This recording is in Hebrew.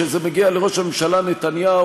כשזה מגיע לראש הממשלה נתניהו,